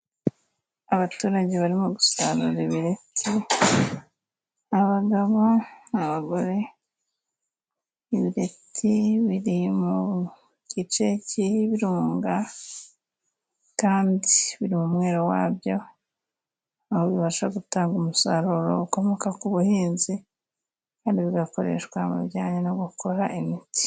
Abaturage barimo gusarura ibireti abagabo, abagore, ibireti biri mu gice c'ibirunga kandi biri mu mwero wabyo, aho bibasha gutanga umusaruro ukomoka ku buhinzi, kandi bigakoreshwa mu bijyanye no gukora imiti.